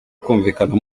kumvikana